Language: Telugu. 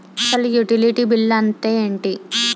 అసలు యుటిలిటీ బిల్లు అంతే ఎంటి?